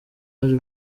aje